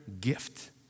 gift